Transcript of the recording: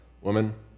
woman